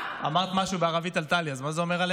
מה, בערבית את קדאחה.